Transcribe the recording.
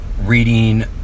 reading